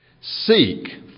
seek